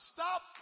Stop